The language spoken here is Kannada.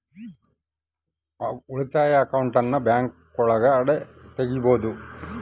ಉಳಿತಾಯ ಅಕೌಂಟನ್ನ ಬ್ಯಾಂಕ್ಗಳಗ ತೆಗಿಬೊದು